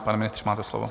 Pane ministře, máte slovo.